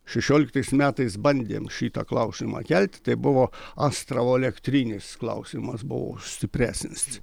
šešioliktais metais bandėm šitą klausimą kelti tai buvo astravo elektrinės klausimas buvo stipresnis